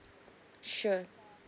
sure